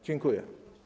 Dziękuję.